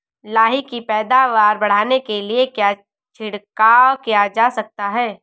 लाही की पैदावार बढ़ाने के लिए क्या छिड़काव किया जा सकता है?